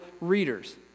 readers